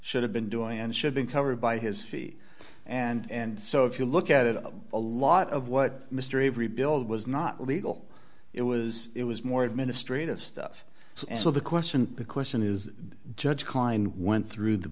should have been doing and should be covered by his feet and so if you look at it a lot of what mr avery build was not legal it was it was more administrative stuff so the question the question is judge klein went through the